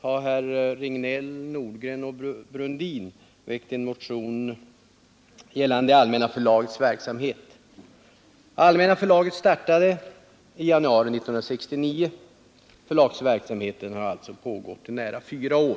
har herrar Regnéll, Nordgren och Brundin väckt en motion gällande Allmänna förlagets verksamhet. Allmänna förlaget startade i januari 1969. Förlagsverksamheten har alltså pågått i nära fyra år.